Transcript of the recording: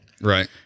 Right